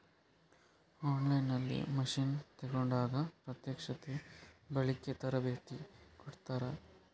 On line ನಲ್ಲಿ machine ತೆಕೋಂಡಾಗ ಪ್ರತ್ಯಕ್ಷತೆ, ಬಳಿಕೆ, ತರಬೇತಿ ಕೊಡ್ತಾರ?